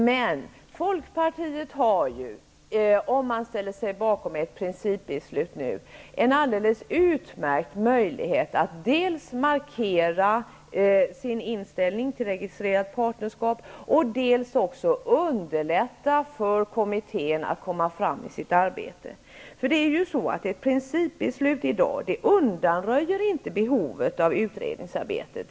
Men Folkpartiet har, om man ställer sig bakom ett principbeslut nu, en alldeles utmärkt möjlighet att dels markera sin inställning till registrerat partnerskap, dels underlätta för kommittén att komma fram med sitt arbete. Ett principbeslut i dag undanröjer inte behovet av utredningsarbetet.